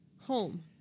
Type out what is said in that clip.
home